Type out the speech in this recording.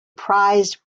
prized